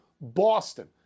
Boston